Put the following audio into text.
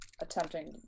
attempting